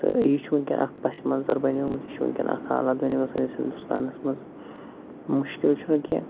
تہٕ یہِ چھِ وٕنۍکٮ۪ن اَکھ پَسہِ منٛظر اَکھ بنیومُت یہِ چھِ وٕنۍکٮ۪ن اَکھ حالات بنیمٕژ سٲنِس ہِنٛدُستانَس منٛز مُشکِل چھُنہٕ کیٚنہہ